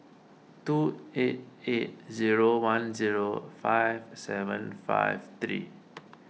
two eight eight zero one zero five seven five three